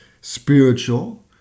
spiritual